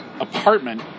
apartment